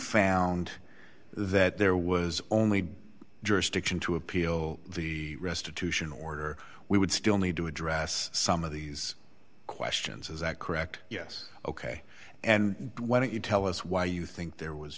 found that there was only jurisdiction to appeal the restitution order we would still need to address some of these questions is that correct yes ok and why don't you tell us why you think there was